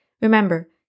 Remember